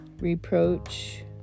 reproach